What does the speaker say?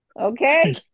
Okay